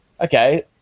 okay